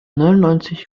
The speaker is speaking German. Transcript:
neunundneunzig